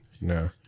No